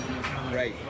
right